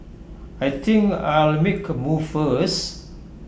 I think I'll make A move first